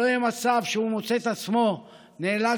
שלא יהיה מצב שהוא מוצא את עצמו נאלץ